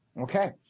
Okay